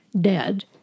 dead